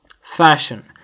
fashion